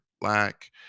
black